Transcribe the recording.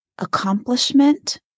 Accomplishment